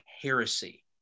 heresy